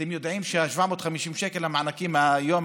אתם יודעים שה-750 שקל מענקים היום,